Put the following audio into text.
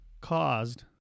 caused